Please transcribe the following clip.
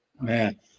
Man